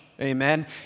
Amen